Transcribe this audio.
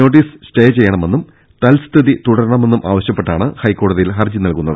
notice stay ചെയ്യ ണമെന്നും തൽസ്ഥിതി തുടരണമെന്നും ആവശ്യപ്പെട്ടാണ് ഹൈക്കോടതിയിൽ ഹർജി നൽകുന്നത്